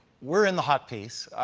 we're in the hot peace.